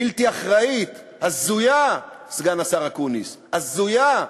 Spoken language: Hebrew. בלתי אחראית, הזויה, סגן השר אקוניס, הזויה,